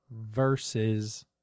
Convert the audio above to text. versus